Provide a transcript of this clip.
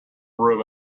room